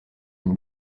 une